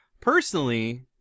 personally